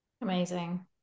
Amazing